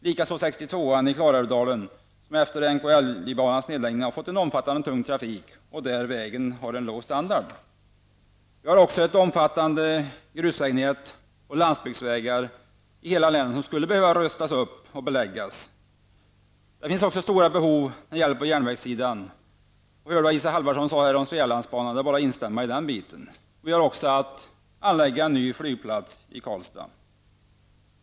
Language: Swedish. Likaså väg 62 i Klarälvdalen, som efter NKLJ-banans nedläggning har fått en omfattande tung trafik, och där vägen har en låg standard. Vi har också ett omfattande grusvägnät och landsbygdsvägar i hela länet som skulle behöva rustas upp och beläggas. Det finns också stora behov när det gäller järnvägen. Vi hörde vad Isa Halvarsson sade om Svealandsbanan. Det är bara att instämma. Vi behöver också anlägga en ny flygplats i Karlstad.